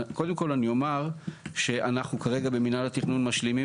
קודם כל אני אומר שאנחנו כרגע במנהל התכנון משלימים